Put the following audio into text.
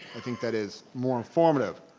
i think that is more informative.